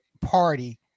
party